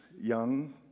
young